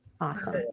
Awesome